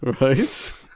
right